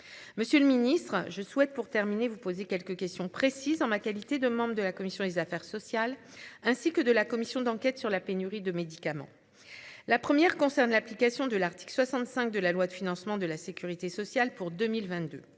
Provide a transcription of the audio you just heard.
Monsieur le Ministre, je souhaite pour terminer vous poser quelques questions précises en ma qualité de membre de la commission des affaires sociales, ainsi que de la commission d'enquête sur la pénurie de médicaments. La première concerne l'application de l'article 65 de la loi de financement de la Sécurité sociale pour 2022.